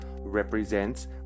represents